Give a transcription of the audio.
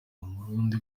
umurundi